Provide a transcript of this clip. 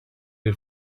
had